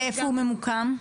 איפה הוא ממוקם?